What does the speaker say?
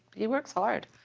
he works hard.